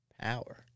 power